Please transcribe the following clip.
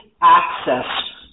access